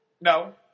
No